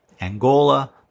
Angola